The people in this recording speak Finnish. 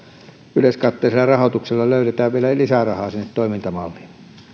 yleiskatteisella rahoituksella löydetään vielä lisää rahaa sinne toimintamalliin